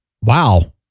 wow